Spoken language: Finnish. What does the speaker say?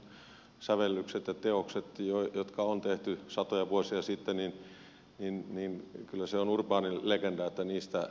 kyllä se on urbaani legenda että tämmöisistä sävellyksistä ja teoksista jotka on tehty satoja vuosia sitten mitään tekijänoikeusmaksuja kenellekään maksellaan